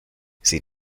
sie